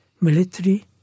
military